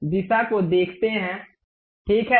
हम दिशा को देखते हैं ठीक है